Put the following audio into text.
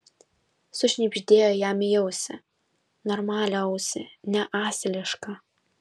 sušnibždėjo jam į ausį normalią ausį ne asilišką